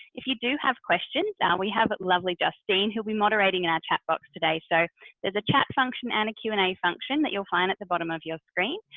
if you do have questions, and we have lovely justine who'll be moderating in our chat box today. so there's a chat function and a q and a function that you'll find at the bottom of your screen.